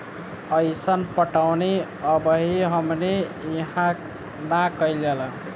अइसन पटौनी अबही हमनी इन्हा ना कइल जाला